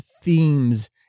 themes